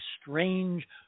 strange